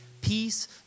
Peace